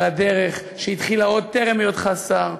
על הדרך שהתחילה עוד טרם היותך שר,